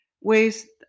ways